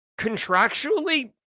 contractually